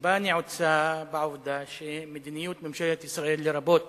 הסיבה נעוצה בעובדה שמדיניות ממשלת ישראל, לרבות